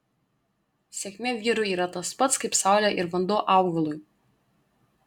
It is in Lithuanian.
sėkmė vyrui yra tas pats kaip saulė ir vanduo augalui